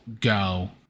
go